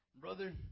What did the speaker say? brother